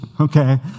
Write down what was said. Okay